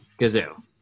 Gazoo